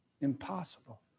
impossible